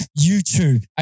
YouTube